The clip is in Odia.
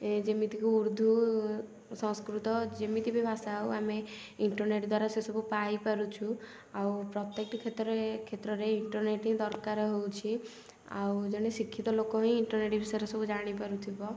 ଯେମିତିକି ଉର୍ଦ୍ଦୁ ସଂସ୍କୃତ ଯେମିତି ବି ଭାଷା ହେଉ ଆମେ ଇଣ୍ଟରନେଟ୍ ଦ୍ଵାରା ସେ ସବୁ ପାଇପାରୁଛୁ ଆଉ ପ୍ରତ୍ୟେକଟି କ୍ଷେତ୍ରରେ ଇଣ୍ଟରନେଟ ହିଁ ଦରକାର ହେଉଛି ଆଉ ଜଣେ ଶିକ୍ଷିତ ଲୋକ ହିଁ ଇଣ୍ଟରନେଟ୍ ବିଷୟରେ ସବୁ ଜାଣିପାରୁଥିବ